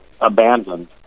abandoned